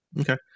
Okay